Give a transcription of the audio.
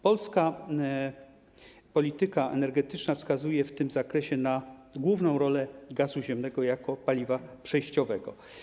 Polska polityka energetyczna wskazuje w tym zakresie na główną rolę gazu ziemnego jako paliwa przejściowego.